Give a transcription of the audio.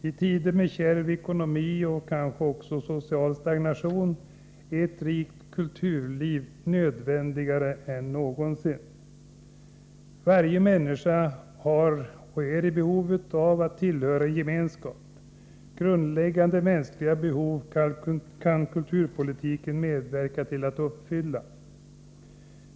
I tider med kärv ekonomi och kanske också social stagnation är ett rikt kulturliv nödvändigare än någonsin. Varje människa är i behov av att tillhöra en gemenskap. Grundläggande mänskliga behov kan kulturpolitiken medverka till att uppfylla.